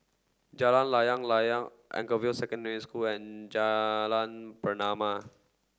Jalan Layang Layang Anchorvale Secondary School and Jalan Pernama